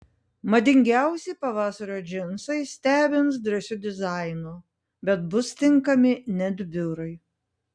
madingiausi pavasario džinsai stebins drąsiu dizainu bet bus tinkami net biurui